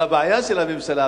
אבל הבעיה של הממשלה,